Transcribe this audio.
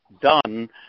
done